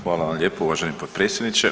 Hvala vam lijepo uvaženi potpredsjedniče.